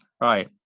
Right